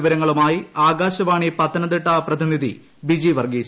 വിശദാംശങ്ങളുമായി ആകാശവാണി പത്തനംതിട്ട പ്രതിനിധി ബിജി വർഗ്ഗീസ്